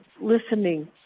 listening